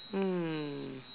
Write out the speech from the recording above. um